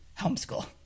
homeschool